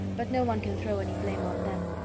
but no one can throw any blame on them.